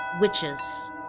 witches